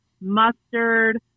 mustard